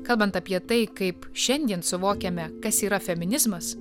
kalbant apie tai kaip šiandien suvokiame kas yra feminizmas